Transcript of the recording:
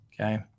Okay